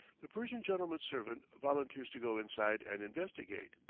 the persian gentleman's servant volunteers to go inside and investigate.